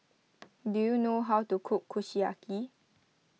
do you know how to cook Kushiyaki